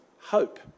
hope